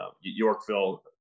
Yorkville